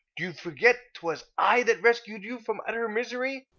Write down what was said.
do you forget twas i that rescued you from utter misery?